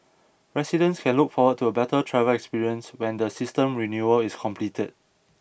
residents can look forward to a better travel experience when the system renewal is completed